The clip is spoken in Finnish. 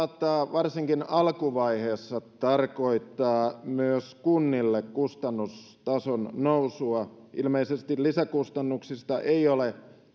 varsinkin alkuvaiheessa tarkoittaa myös kunnille kustannustason nousua ilmeisesti lisäkustannuksista ei ole